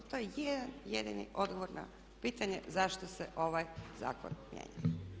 To je jedan jedini odgovor na pitanje zašto se ovaj zakon mijenja.